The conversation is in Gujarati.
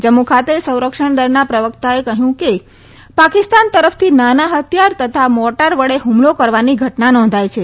જમ્મુ ખાતે સંરક્ષણદળના પ્રવકતાએ કહથું છે કે પાકિસ્તાન તરફથી નાના હથિથાર તથા મોર્ટાર વડે હમલો કરવાની ઘટના નોંધાઈ છે